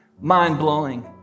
Mind-blowing